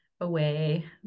away